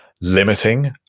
limiting